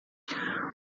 por